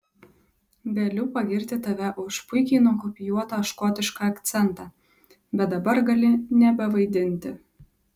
galiu pagirti tave už puikiai nukopijuotą škotišką akcentą bet dabar gali nebevaidinti